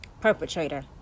perpetrator